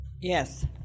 Yes